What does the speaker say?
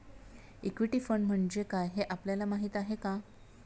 Equity fund म्हणजे काय, हे आपल्याला माहीत आहे का?